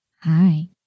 Hi